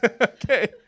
Okay